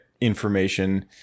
information